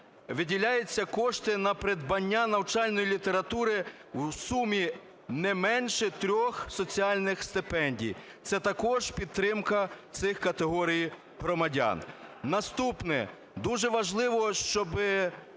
виділяються кошти на придбання навчальної літератури в сумі не менше трьох соціальних стипендій. Це також підтримка цих категорій громадян. Наступне. Дуже важливо, щоби